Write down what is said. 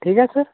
ठीक आहे सर